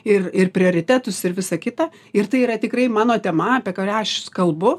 ir ir prioritetus ir visa kita ir tai yra tikrai mano tema apie karią aš kalbu